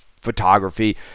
photography